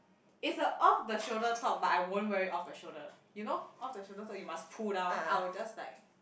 it's a off the shoulder top but I won't wear it off the shoulder you know off the shoulder you must pull down I will just like